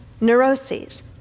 neuroses